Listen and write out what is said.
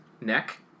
Neck